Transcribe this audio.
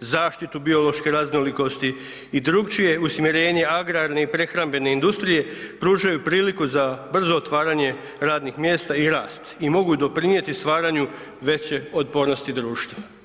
zaštitu biološke raznolikosti i drukčije usmjerenje agrarne i prehrambene industrije pružaju priliku za brzo otvaranje radnih mjesta i rast i mogu doprinijeti stvaranju veće otpornosti društva“